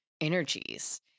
energies